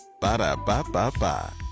Ba-da-ba-ba-ba